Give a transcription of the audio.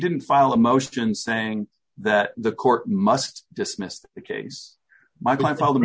didn't file a motion saying that the court must dismissed the case my problem